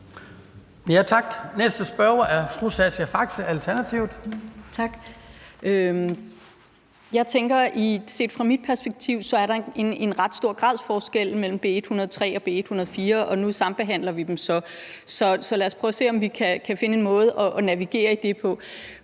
Alternativet. Kl. 09:11 Sascha Faxe (ALT): Tak. Jeg tænker, at set fra mit perspektiv er der en ret stor gradsforskel mellem B 103 og B 104, og nu sambehandler vi dem så. Så lad os prøve at se, om vi kan finde en måde at navigere i det på.